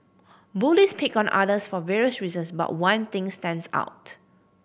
bullies pick on others for various reasons but one thing stands out